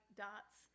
dots